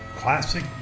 classic